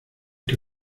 que